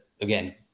again